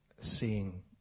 seeing